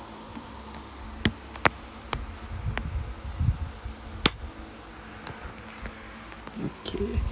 okay